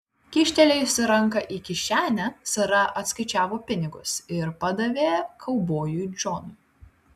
kyštelėjusi ranką į kišenę sara atskaičiavo pinigus ir padavė kaubojui džonui